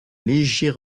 léger